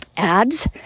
ads